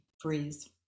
freeze